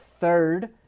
third